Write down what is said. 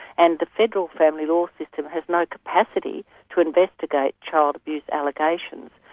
and the federal family law system has no capacity to investigate child abuse allegations.